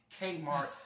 Kmart